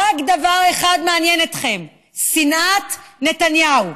רק דבר אחד מעניין אתכם: שנאת נתניהו.